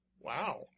Wow